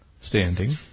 Standing